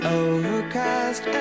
overcast